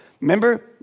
Remember